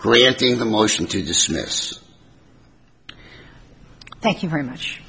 granting the motion to dismiss thank you very much